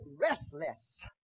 restless